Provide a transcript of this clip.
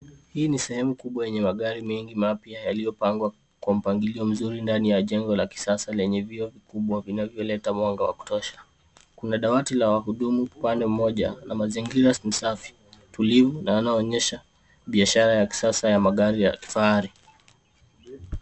Hii ni sehemu kubwa yenye magari mengi mapya, yaliyopangwa kwa mpangilio mzuri ndani ya jengo la kisasa lenye vioo vikubwa vinavyoleta mwanga wa kutosha. Kuna dawati la wahudumu upande mmoja, na mazingira ni safi, tulivu na yanayoonyesha biashara ya kisasa ya magari ya kifahari.